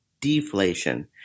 deflation